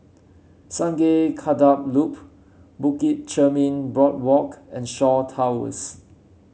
Sungei Kadut Loop Bukit Chermin Boardwalk and Shaw Towers